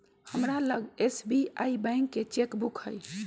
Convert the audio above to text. हमरा लग SBI bank के चेक बुक हइ